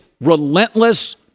relentless